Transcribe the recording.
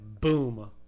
boom